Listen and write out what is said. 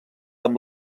amb